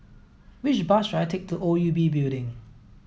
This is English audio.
which bus should I take to O U B Building